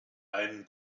einen